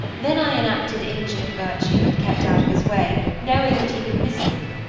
then i enacted injured virtue, and kept out of his way, knowing that he would miss me,